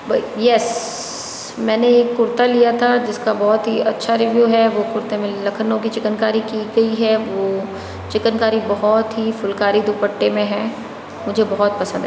ब येस्सस मैंने एक कुरता लिया था जिसका बहुत ही अच्छा रिव्यु है वो कुरते में लखनऊ की चिकनकारी की गई है वो चिकनकारी बहुत ही फ़ुलकारी दुपट्टे में है मुझे बहुत पसंद है